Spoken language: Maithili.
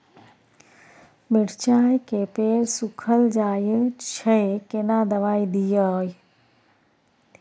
मिर्चाय के पेड़ सुखल जाय छै केना दवाई दियै?